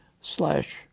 slash